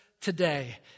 today